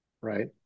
right